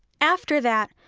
after that,